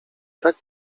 tak